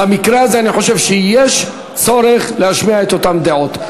במקרה הזה אני חושב שיש צורך להשמיע את אותן דעות.